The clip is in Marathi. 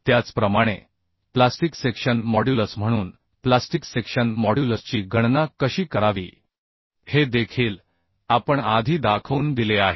त्याचप्रमाणे प्लास्टिक सेक्शन मॉड्युलस म्हणून प्लास्टिक सेक्शन मॉड्युलसची गणना कशी करावी हे देखील आपण आधी दाखवून दिले आहे